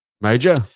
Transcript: Major